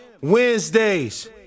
Wednesdays